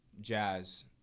jazz